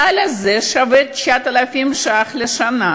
הסל הזה שווה 9,000 ש"ח לשנה.